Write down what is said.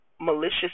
malicious